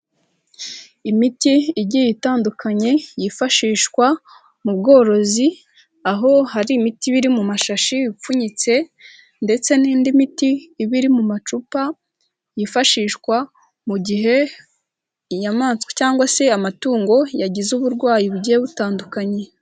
Imiti igiye itandukanye yifashishwa mu bworozi, aho hari imiti biri mu mashashi ipfunyitse, ndetse n'indi miti ibi iri mu macupa yifashishwa, mu gihe inyamaswa cyangwa se amatungo yagize uburwayi bugiye butandukanye.